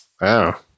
Wow